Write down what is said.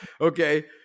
Okay